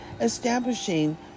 Establishing